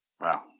Wow